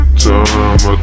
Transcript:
time